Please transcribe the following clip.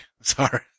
sorry